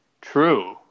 true